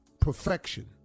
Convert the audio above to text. perfection